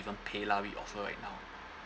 even paylah we offer it now